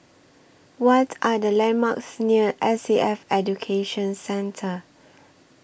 What Are The landmarks near S A F Education Centre